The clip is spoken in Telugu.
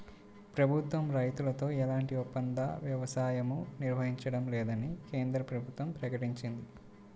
ప్రభుత్వం రైతులతో ఎలాంటి ఒప్పంద వ్యవసాయమూ నిర్వహించడం లేదని కేంద్ర ప్రభుత్వం ప్రకటించింది